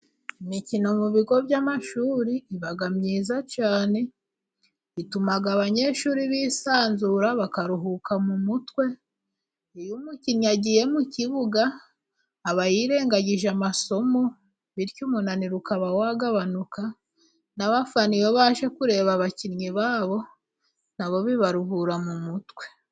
Imikino mu bigo by'amashuri iba myiza cyane ituma abanyeshuri bisanzura bakaruhuka mu mutwe, iyo umukinnyi agiye mu kibuga aba yirengagije amasomo bityo umunaniro ukaba wagabanuka. N'abafana iyo baje kureba abakinnyi babo na bo bibaruhura mu mutwe.